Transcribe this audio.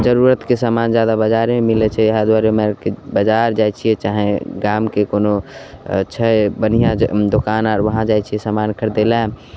जरूरतके सामान जादा बाजारेमे मिलै छै इएह दुआरे हम आरके बाजार जाइ छिए चाहै गामके कोनो छै बढ़िआँ जे दोकान आर वहाँ जाइ छिए सामान खरिदैले